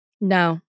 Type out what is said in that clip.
No